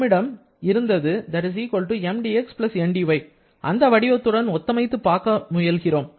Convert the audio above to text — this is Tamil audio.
நம்மிடம் இருந்தது Mdx Ndy அந்த வடிவத்துடன் ஒத்தமைத்து பார்க்க முயல்கிறோம்